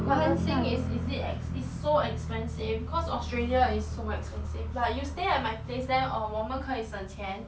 but the thing is is it it's so expensive cause australia is so expensive but you stay at my place then uh 我们可以省钱